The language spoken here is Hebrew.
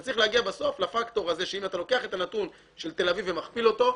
אתה צריך להגיע בסוף לכך שאם אתה לוקח את הנתון של תל-אביב ומכפיל אותו,